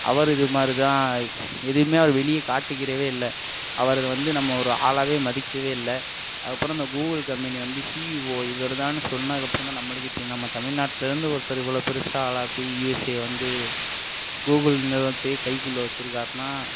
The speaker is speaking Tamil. அவர் இது மாதிரி தான் எதையுமே அவர் வெளியே காட்டிக்கிறதே இல்லை அவர் இத வந்து நம்ம ஒரு ஆளாகவே மதிக்கவே இல்லை அதுக்கப்பறம் இந்த கூகுள் கம்பேனி வந்து சிஇஓ இவரு தான் சொன்னதுக்கப்புறம் தான் நம்மளுக்கே தெரியும் நம்ம தமிழ்நாட்டில் இருந்து ஒருத்தர் இவ்வளோ பெருசான ஆளா அப்படி யூஎஸ்ஏ வந்து கூகுள் நிறுவனத்தையே கைக்குள்ள வெச்சிருக்காருனா